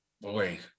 Boy